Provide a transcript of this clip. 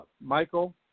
Michael